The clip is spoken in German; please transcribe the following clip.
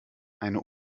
eine